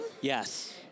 Yes